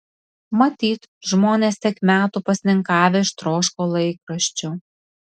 matyt žmonės tiek metų pasninkavę ištroško laikraščių